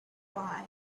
why